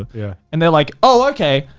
ah yeah and they're like, oh, okay.